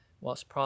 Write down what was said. whilst